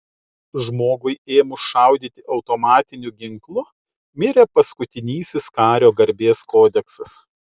žmogui ėmus šaudyti automatiniu ginklu mirė paskutinysis kario garbės kodeksas